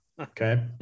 Okay